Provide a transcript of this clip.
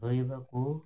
ଧୋଇବାକୁ